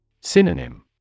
Synonym